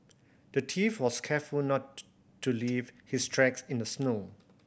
the thief was careful not to leave his tracks in the snow